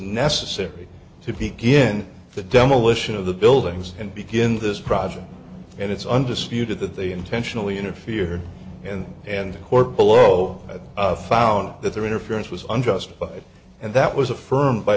necessary to begin the demolition of the buildings and begin this project and it's undisputed that they intentionally interfered and and the court below that found that their interference was unjustified and that was affirmed by